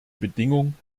bedingung